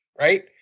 right